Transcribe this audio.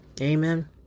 Amen